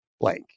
blank